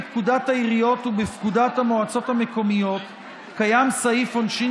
בפקודת העיריות ובפקודת המועצות המקומיות קיים סעיף עונשין